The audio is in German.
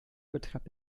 betreibt